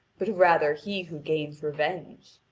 but rather he who gains revenge.